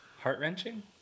Heart-wrenching